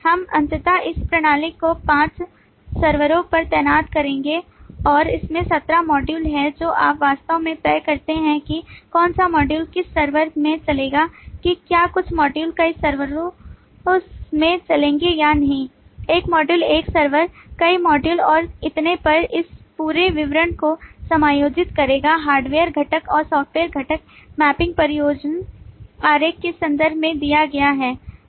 हम अंततः इस प्रणाली को पांच सर्वरों पर तैनात करेंगे और इसमें 17 मॉड्यूल हैं जो आप वास्तव में तय करते हैं कि कौन सा मॉड्यूल किस सर्वर में चलेगा कि क्या कुछ मॉड्यूल कई सर्वरों में चलेंगे या नहीं एक मॉड्यूल एक सर्वर कई मॉड्यूल और इतने पर उस पूरे विवरण को समायोजित करेगा हार्डवेयर घटक और सॉफ़्टवेयर घटक मैपिंग परिनियोजन आरेख के संदर्भ में दिया गया है